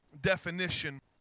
definition